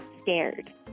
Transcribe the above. scared